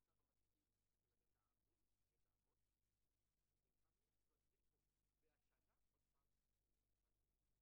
נתנה שבתוך 796 ילדים שנולדו 3.1% - אבל כל התקופה מ-1985-2015,